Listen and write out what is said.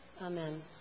Amen